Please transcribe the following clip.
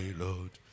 lord